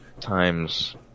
times